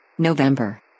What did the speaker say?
November